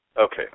Okay